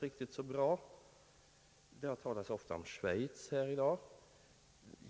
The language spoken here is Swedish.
Här har i dag ofta talats om Schweiz.